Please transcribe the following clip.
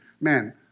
man